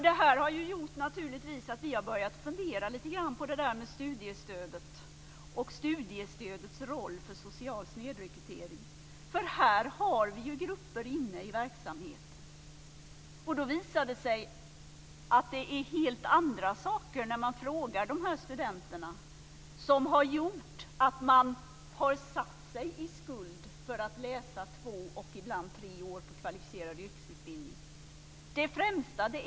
Det här gör att vi har börjat fundera lite grann på studiestödet och dess roll för social snedrekrytering. Här har vi ju grupper inne i verksamheten. Men när man frågar de här studenterna visar det sig att det är helt andra saker som gjort att man har satt sig i skuld för att studera två, ibland tre år inom kvalificerad yrkesutbildning.